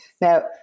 now